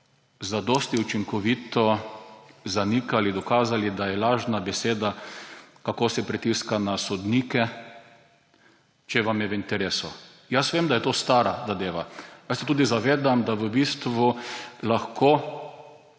zadosti učinkovito zanikali, dokazali, da je lažna beseda, kako se pritiska na sodnike, če je vam v interesu. Jaz vem, da je to stara zadeva. Jaz se tudi zavedam, da v bistvu lahko